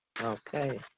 Okay